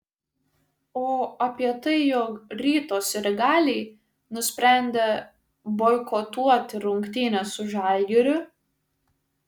o apie tai jog ryto sirgaliai nusprendė boikotuoti rungtynes su žalgiriu